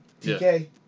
TK